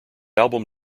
album